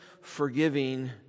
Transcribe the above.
forgiving